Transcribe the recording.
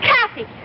Kathy